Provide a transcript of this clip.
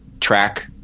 track